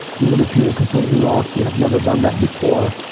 even if you're completely lost, you have never done that before,